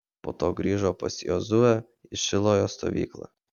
po to grįžo pas jozuę į šilojo stovyklą